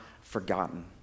forgotten